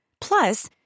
Plus